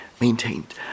maintained